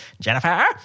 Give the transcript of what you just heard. Jennifer